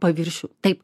paviršių taip